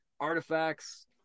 artifacts